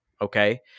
okay